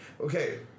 Okay